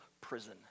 prison